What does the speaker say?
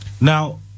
Now